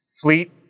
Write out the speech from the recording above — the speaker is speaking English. Fleet